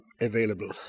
available